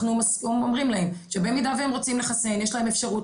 אנחנו אומרים להם שבמידה והם רוצים לחסן יש להם אפשרות